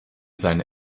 seine